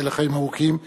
ייבדל לחיים ארוכים,